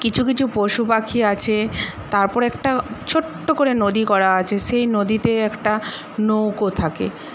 কিছু কিছু পশু পাখি আছে তারপর একটা ছোট্ট করে নদী করা আছে সেই নদীতে একটা নৌকো থাকে সেই নৌকোতে